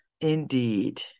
Indeed